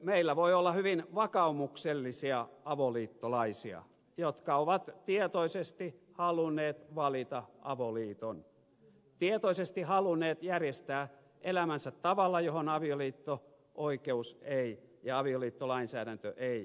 meillä voi olla hyvin vakaumuksellisia avoliittolaisia jotka ovat tietoisesti halunneet valita avoliiton tietoisesti halunneet järjestää elämänsä tavalla johon avioliitto oikeus ja avioliittolainsäädäntö eivät ulotu